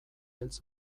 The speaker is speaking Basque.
beltz